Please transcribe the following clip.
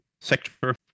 sector